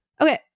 Okay